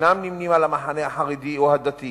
אינם נמנים עם המחנה החרדי או הדתי,